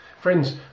Friends